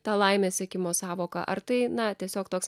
tą laimės siekimo sąvoką ar tai na tiesiog toks